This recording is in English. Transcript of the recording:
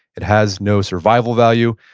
it has no survival value.